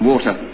Water